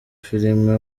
filime